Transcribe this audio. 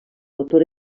motor